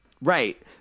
Right